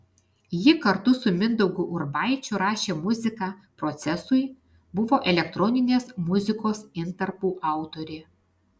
ji kartu su mindaugu urbaičiu rašė muziką procesui buvo elektroninės muzikos intarpų autorė